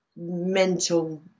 mental